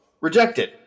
rejected